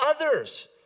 others